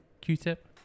Q-Tip